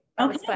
Okay